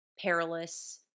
perilous